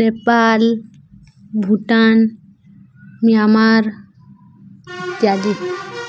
Nepal Bhutan Myanmar କ୍ୟାବି